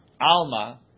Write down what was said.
Alma